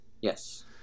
Yes